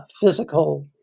physical